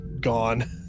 gone